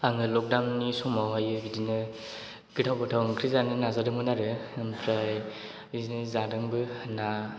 आङो लकदाउन नि समावहाय बिदिनो गोथाव गोथाव ओंख्रि जानो नाजादोंमोन आरो ओमफ्राय बिदिनो जादोंबो ना